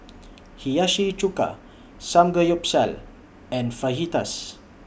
Hiyashi Chuka Samgeyopsal and Fajitas